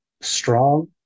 strong